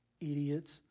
idiots